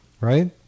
right